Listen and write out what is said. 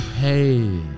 Hey